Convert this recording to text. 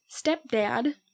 stepdad